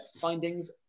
findings